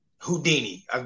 Houdini